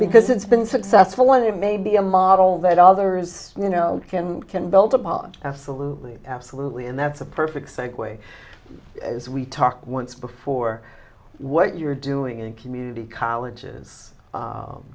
because it's been successful one of them may be a model that others you know can can build upon absolutely absolutely and that's a perfect segue as we talk once before what you're doing in community colleges